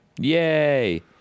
Yay